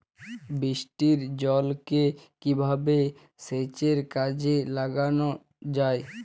বৃষ্টির জলকে কিভাবে সেচের কাজে লাগানো য়ায়?